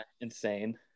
insane